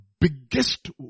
biggest